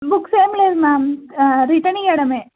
books ఏం లేదు ma'am returning చేయడమే